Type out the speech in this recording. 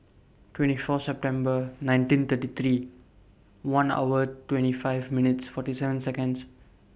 twenty four September nineteen thirty three one hours twenty five minutes forty seven Seconds